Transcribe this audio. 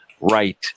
right